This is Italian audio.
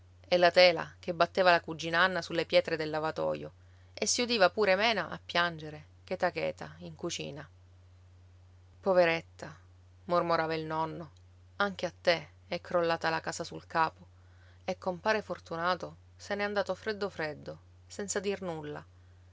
e la tela che batteva la cugina anna sulle pietre del lavatoio e si udiva pure mena a piangere cheta cheta in cucina poveretta mormorava il nonno anche a te è crollata la casa sul capo e compare fortunato se ne è andato freddo freddo senza dir nulla